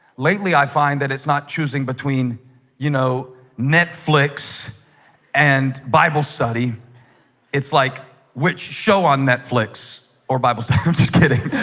lately i find that it's not choosing between you know netflix and bible study it's like which show on netflix or bible stands kidding